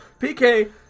PK